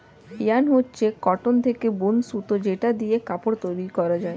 yarn হচ্ছে cotton থেকে বুন সুতো যেটা দিয়ে কাপড় তৈরী হয়